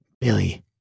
Billy